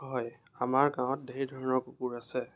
হয় আমাৰ গাঁৱত ধেৰ ধৰণৰ কুকুৰ আছে